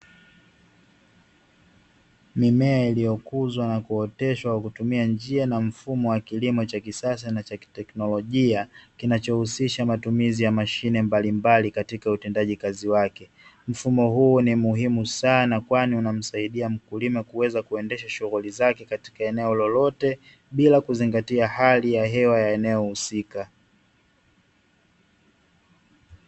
Mimea iliyokuzwa na kuoteshwa kwa kutumia njia na mfumo wa kilimo cha kisasa na cha kiteknolojia, kinachohusisha matumizi ya mashine mbalimbali katika utendaji kazi wake, mfumo huu ni muhimu sana kwani unamsaidia mkulima kuweza kuendesha shughuli zake katika eneo lolote bila kuzingatia hali ya hewa ya eneo husika.